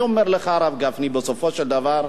אני אומר לך, הרב גפני, בסופו של דבר,